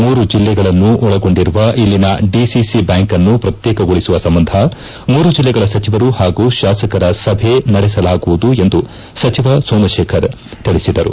ಮೂರು ಜಿಲ್ಲೆಗಳ ಒಳಗೊಂಡಿರುವ ಇಲ್ಲಿನ ಡಿಸಿಸಿ ಬ್ಯಾಂಕ್ ಅನ್ನು ಪ್ರತ್ಯೇಕಗೊಳಿಸುವ ಸಂಬಂಧ ಮೂರು ಜಿಲ್ಲೆಗಳ ಸಚಿವರು ಹಾಗೂ ಶಾಸಕರ ಸಭೆ ನಡೆಸಲಾಗವುದು ಎಂದು ಸಚಿವ ಸೋಮಶೇಖರ್ ತಿಳಿಸಿದರು